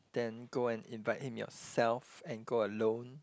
then go and invite him yourself and go alone